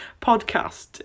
podcast